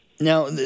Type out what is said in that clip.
Now